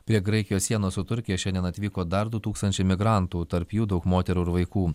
prie graikijos sienos su turkija šiandien atvyko dar du tūkstančiai migrantų tarp jų daug moterų ir vaikų